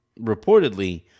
reportedly